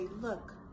look